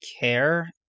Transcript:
care